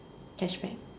cashback